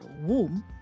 womb